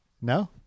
no